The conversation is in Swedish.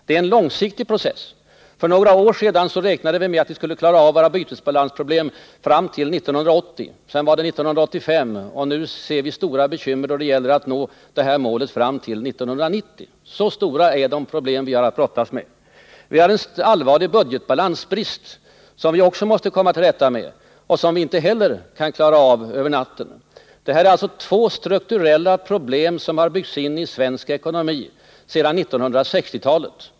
Det är en långsiktig process. För några år sedan räknade vi med att vi skulle klara av våra bytesbalansproblem fram till 1980. Sedan blev det 1985, och nu ser vi stora bekymmer då det gäller att nå detta mål fram till 1990. Så stora är de problem vi har att brottas med. Vi har vidare en allvarlig budgetbalansbrist, som vi måste komma till rätta med och som vi inte heller kan klara av över en natt. Det gäller alltså två strukturella problem som har byggts in i svensk ekonomi sedan 1960-talet.